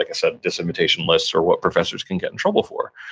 like i said, disinvitation lists or what professors can get in trouble for.